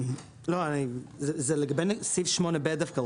דווקא לגבי סעיף 8(ב).